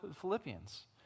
Philippians